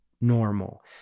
normal